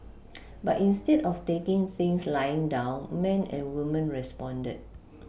but instead of taking things lying down men and women responded